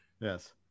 Yes